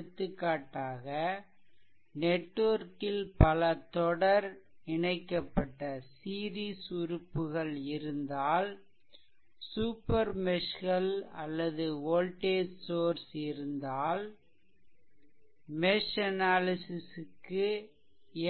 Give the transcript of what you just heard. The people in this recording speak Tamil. எடுத்துக்காட்டாக நெட்வொர்க்கில் பல தொடர் இணைக்கப்பட்ட உறுப்புகள் இருந்தால் சூப்பர் மெஷ்கள் அல்லது வோல்டேஜ் சோர்ஸ் இருந்தால் மெஷ் அனாலிசிஷ் கு